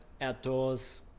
outdoors